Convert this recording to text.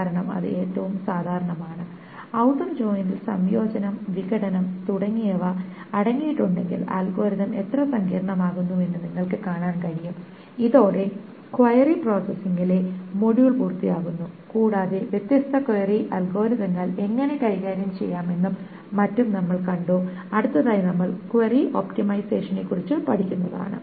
കാരണം അത് ഏറ്റവും സാധാരണമാണ് ഔട്ടർ ജോയിനിൽ സംയോജനം വിഘടനം തുടങ്ങിയവ അടങ്ങിയിട്ടുണ്ടെങ്കിൽ അൽഗോരിതം എത്ര സങ്കീർണ്ണമാകുമെന്ന് നിങ്ങൾക്ക് കാണാൻ കഴിയും ഇതോടെ ക്വയരി പ്രോസസ്സിംഗിലെ മൊഡ്യൂൾ പൂർത്തിയാകുന്നു കൂടാതെ വ്യത്യസ്ത ക്വയരി അൽഗോരിതങ്ങൾ എങ്ങനെ കൈകാര്യം ചെയ്യാമെന്നും മറ്റും നമ്മൾ കണ്ടു അടുത്തതായി നമ്മൾ ക്വയരി ഒപ്റ്റിമൈസേഷനെക്കുറിച്ച് പഠിക്കുന്നതാണ്